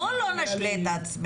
בוא לא נשלה את עצמנו.